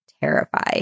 terrify